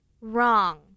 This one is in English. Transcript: wrong